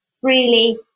freely